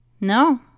No